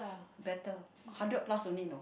better hundred plus only know